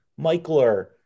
Michler